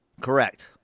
Correct